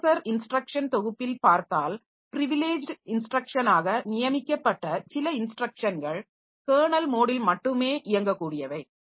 processor instruction தாெகுப்பில் பார்த்தால் privileged இன்ஸ்டிரக்ஷனாக நியமிக்கப்பட்ட சில இன்ஸ்டிரக்ஷன்கள் கெர்னல் மோடில் மட்டுமே இயங்கக்கூடியவை